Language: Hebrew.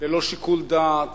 ללא שיקול דעת,